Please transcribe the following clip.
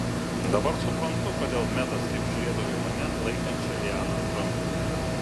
dabar suprantu kodėl metas taip žiūrėdavo į mane laikančią lianą ant rankų